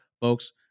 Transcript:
folks